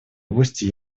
области